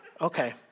okay